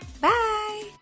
Bye